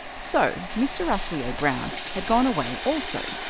so mr. rasselyer-brown had gone away also,